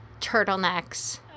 turtlenecks